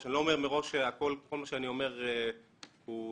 אני לא אומר מראש שכל מה שאני אומר הוא אידיאלי,